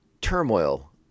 turmoil